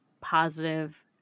positive